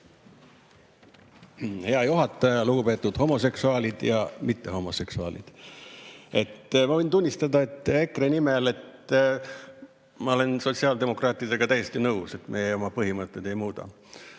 Hea juhataja! Lugupeetud homoseksuaalid ja mittehomoseksuaalid! Ma võin tunnistada EKRE nimel, et ma olen sotsiaaldemokraatidega täiesti nõus: meie oma põhimõtteid ei muuda.